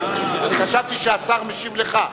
חשבתי שהשר משיב לך.